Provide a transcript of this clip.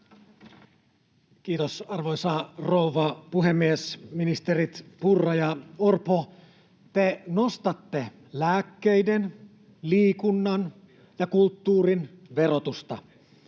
Kiitos, arvoisa rouva puhemies! Ministerit Purra ja Orpo, te nostatte lääkkeiden, liikunnan ja kulttuurin verotusta.